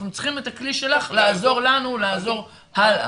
אנחנו צריכים את הכלי שלך לעזור לנו לעזור הלאה.